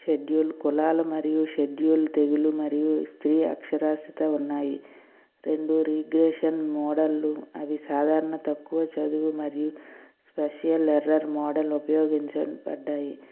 schedule కులాలు మరియు schedule తెగులు మరియు స్త్రీ అక్షరాస్యత ఉన్నాయి రెండు రీగ్రేషన్ మోడళ్లు అవి సాధారణ తక్కువ చదువు మరియు స్పేషియల్ ఎర్రర్ మోడల్ ఉపయోగించబడ్డాయి